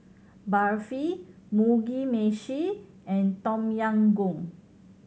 Barfi Mugi Meshi and Tom Yam Goong